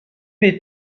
les